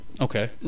Okay